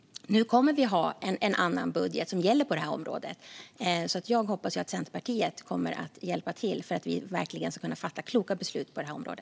Nu kommer vi att ha en annan budget som gäller på detta område. Jag hoppas därför att Centerpartiet kommer att hjälpa till för att vi verkligen ska kunna fatta kloka beslut på detta område.